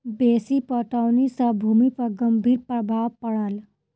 बेसी पटौनी सॅ भूमि पर गंभीर प्रभाव पड़ल